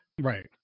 right